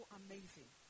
amazing